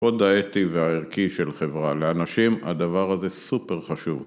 הקוד האתי והערכי של חברה, לאנשים הדבר הזה סופר חשוב